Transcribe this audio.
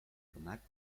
armat